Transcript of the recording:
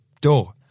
door